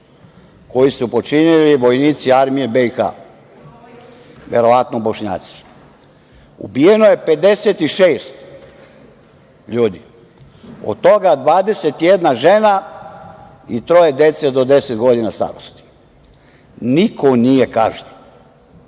koji su počinili vojnici armije BiH, verovatno Bošnjaci. Ubijeno je 56 ljudi, od toga 21 žena i troje dece do deset godina starosti. Niko nije